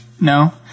No